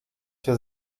się